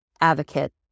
advocate